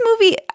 movie